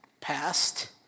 passed